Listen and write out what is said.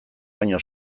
baino